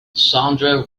sandra